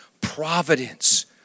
providence